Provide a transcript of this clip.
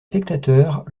spectateurs